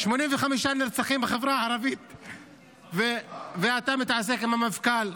85 נרצחים בחברה הערבית, ואתה מתעסק עם המפכ"ל.